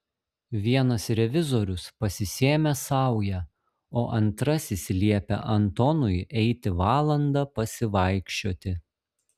vienas revizorius pasisėmė saują o antrasis liepė antonui eiti valandą pasivaikščioti